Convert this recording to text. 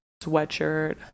sweatshirt